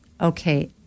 okay